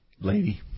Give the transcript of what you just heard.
lady